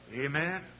Amen